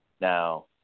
Now